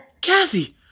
kathy